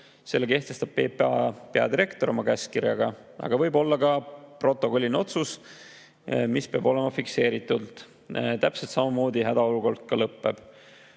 Selle kehtestab PPA peadirektor oma käskkirjaga, aga võib olla ka protokolliline otsus, mis peab olema fikseeritud. Täpselt samamoodi hädaolukord ka lõpeb.